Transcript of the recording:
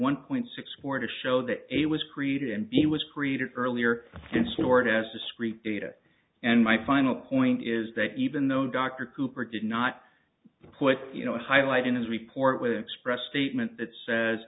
one point six four to show that it was created and b was created earlier and stored as discrete data and my final point is that even though dr cooper did not put you know a highlight in his report with the express statement that says